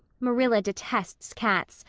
marilla detests cats,